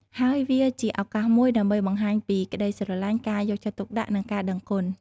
ហើយវាជាឱកាសមួយដើម្បីបង្ហាញពីក្តីស្រឡាញ់ ការយកចិត្តទុកដាក់ និងការដឹងគុណ។